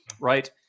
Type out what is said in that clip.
Right